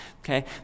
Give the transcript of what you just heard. okay